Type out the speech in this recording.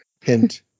Hint